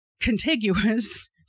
contiguous